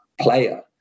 player